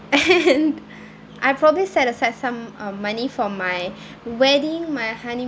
and I'll probably set aside some um money for my wedding my honeymoon